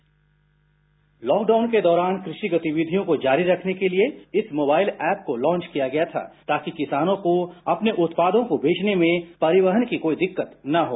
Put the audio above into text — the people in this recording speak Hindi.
बाईट लॉकडाउन के दौरान कृषि गतिविधियों को जारी रखने के लिए इस मोबाइल ऐप को लांच किया गया था ताकि किसानों को अपने उत्पादों को बेचने में परिवहन की कोई दिक्कत न हो